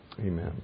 Amen